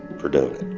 for doing